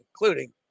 including